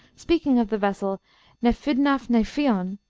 speaking of the vessel nefyddnaf-neifion,